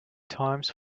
times